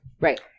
Right